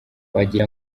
wagira